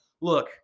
look